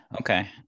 Okay